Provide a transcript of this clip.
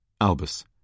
Albus